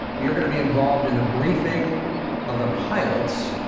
we are gonna be involved in the briefing of the pilots.